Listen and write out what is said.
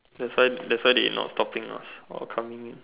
that's why that's why they not stopping us or coming in